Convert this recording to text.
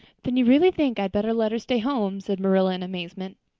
then you really think i'd better let her stay home, said marilla in amazement.